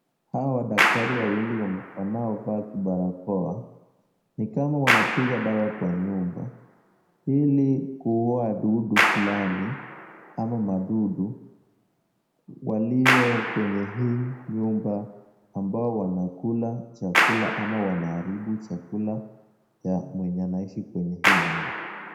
Hawa daktari wawili wame, wanaovaa vibalakoa, ni kama wanapiga dawa kwa nyumba ili kuua wadudu fulani ama madudu, walio kwenye hii nyumba ambao wanakula chakula ama wanaharibu chakula ya mwenye anaishi kwenye hii nyumba.